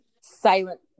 silent